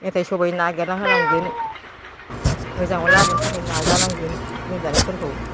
मेथाइ सबाय नागिरना होनांगोन मोजाङाव लाबोनो थाखाय नाजानांगोन लोमजानायफोरखौ